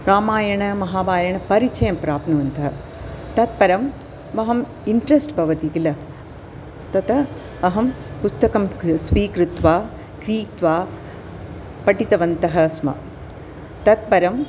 रामायणस्य महाभारतस्य परिचयं प्राप्नुवन्तः तत्परंं अहम् इन्ट्रस्त् भवति किल तत् अहं पुस्तकं स्वीकृत्य क्रीत्वा पठितवन्तः स्म ततःपरम्